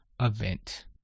event